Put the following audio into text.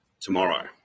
tomorrow